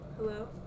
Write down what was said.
Hello